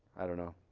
i don't know.